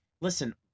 Listen